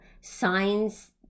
signs